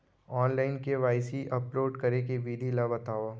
Online KYC upload करे के विधि ला बतावव?